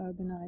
urbanized